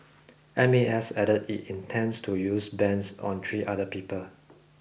M A S added it intends to use bans on three other people